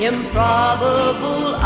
Improbable